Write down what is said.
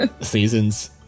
seasons